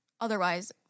Otherwise